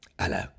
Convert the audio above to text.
Hello